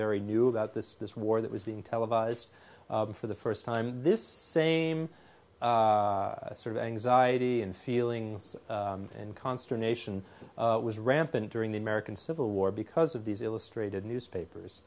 very new about this this war that was being televised for the first time this same sort of anxiety and feelings and consternation was rampant during the american civil war because of these illustrated newspapers